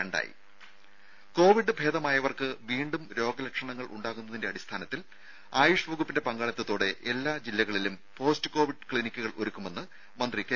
രംഭ Covid ഭേദമായവർക്ക് വീണ്ടും രോഗ ലക്ഷണങ്ങൾ ഉണ്ടാകുന്നതിന്റെ അടിസ്ഥാനത്തിൽ ആയുഷ് വകുപ്പിന്റെ പങ്കാളിത്തതോടെ എല്ലാ ജില്ലകളിലും പോസ്റ്റ് കോവിഡ് ക്കിനിക്കുകൾ ഒരുക്കുമെന്ന് മന്ത്രി കെ